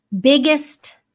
biggest